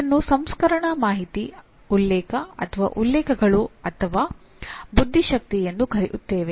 ಇದನ್ನು ಸಂಸ್ಕರಣಾ ಮಾಹಿತಿಯ ಉಲ್ಲೇಖ ಉಲ್ಲೇಖಗಳು ಅಥವಾ ಬುದ್ಧಿಶಕ್ತಿ ಎಂದು ಕರೆಯುತ್ತೇವೆ